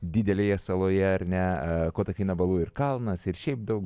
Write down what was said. didelėje saloje ar ne kotakina balu ir kalnas ir šiaip daug